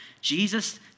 Jesus